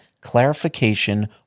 clarification